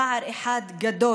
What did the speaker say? פער אחד גדול,